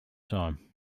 time